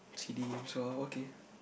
C_D games !wow! okay